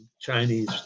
Chinese